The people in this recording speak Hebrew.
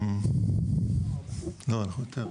לא, יותר.